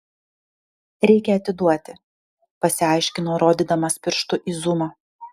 reikia atiduoti pasiaiškino rodydamas pirštu į zumą